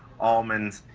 almonds,